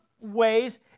ways